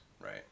Right